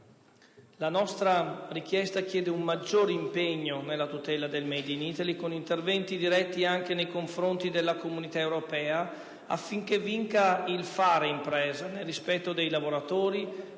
La nostra proposta chiede infatti un maggior impegno per la tutela del *made in Italy*, con interventi diretti anche nei confronti dell'Unione europea, affinché vinca il «fare impresa», nel rispetto dei lavoratori,